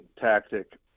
tactic